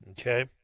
Okay